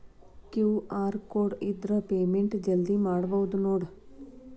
QR code ಇದ್ರ payment ಜಲ್ದಿ ಮಾಡಬಹುದು ನೋಡ್